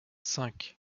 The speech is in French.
cinq